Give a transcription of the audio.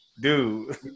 dude